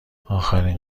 آخرین